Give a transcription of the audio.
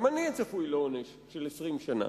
גם אני אהיה צפוי לעונש של 20 שנה.